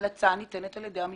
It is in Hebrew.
המלצה ניתנת על ידי המשטרה.